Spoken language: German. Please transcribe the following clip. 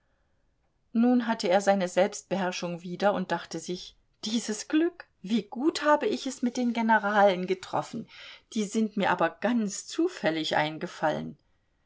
nun hatte er seine selbstbeherrschung wieder und dachte sich dieses glück wie gut habe ich es mit den generalen getroffen die sind mir aber ganz zufällig eingefallen